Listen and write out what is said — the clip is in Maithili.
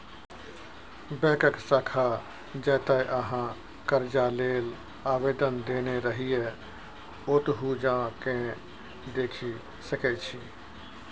बैकक शाखा जतय अहाँ करजा लेल आवेदन देने रहिये ओतहु जा केँ देखि सकै छी